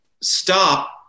stop